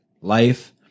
life